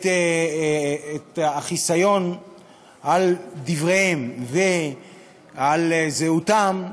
את החיסיון על דבריהם ועל זהותם,